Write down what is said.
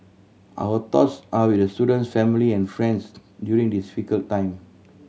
our thoughts are with the student's family and friends during this difficult time